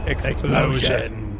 Explosion